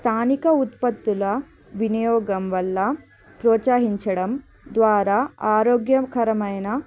స్థానిక ఉత్పత్తుల వినియోగం వల్ల ప్రోత్సహించడం ద్వారా ఆరోగ్యకరమైన